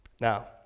Now